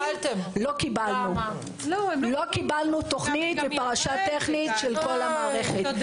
לא קיבלנו תוכנית לפרשה טכנית של כל המערכת.